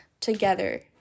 together